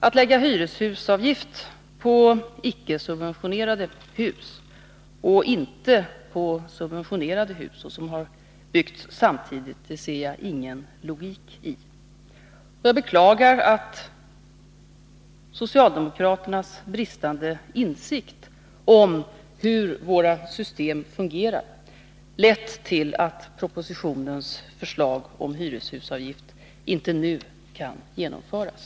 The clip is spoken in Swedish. Att lägga hyreshusavgift på icke subventionerade hus och inte på subventionerade hus, som har byggts samtidigt, ser jag ingen logik i. Jag beklagar att socialdemokraternas bristande insikt i hur våra system fungerar lett till att propositionens förslag om hyreshusavgift inte nu kan genomföras.